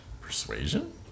Persuasion